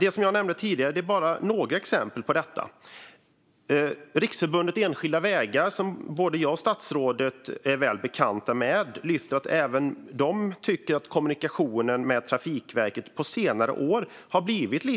Det jag nämnde tidigare är bara några exempel på detta. Riksförbundet Enskilda Vägar, som både jag och statsrådet är väl bekanta med, tar upp att även de tycker att kommunikationen med Trafikverket har blivit lite sisådär på senare år.